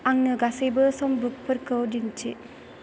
आंनो गासैबो सम्बुकफोरखौ दिन्थि